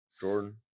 Jordan